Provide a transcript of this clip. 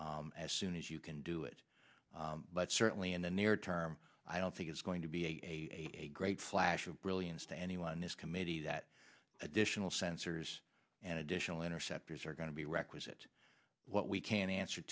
as soon as you can do it but certainly in the near term i don't think it's going to be a great flash of brilliance to anyone this committee that additional sensors and additional interceptors are going to be requisite what we can answer